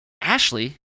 Ashley